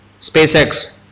SpaceX